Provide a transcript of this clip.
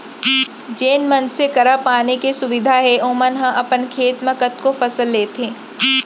जेन मनसे करा पानी के सुबिधा हे ओमन ह अपन खेत म कतको फसल लेथें